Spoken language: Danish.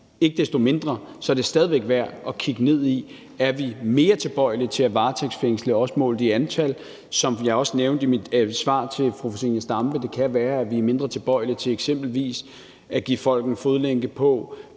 Ikke desto mindre er det stadig væk værd at kigge ned i, om vi er mere tilbøjelige til at varetægtsfængsle, også målt i antal. Som jeg også nævnte i mit svar til fru Zenia Stampe, kan det eksempelvis være, at vi er mindre tilbøjelige til at give folk en fodlænke på